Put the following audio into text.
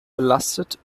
belastet